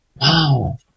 wow